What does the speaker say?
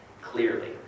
clearly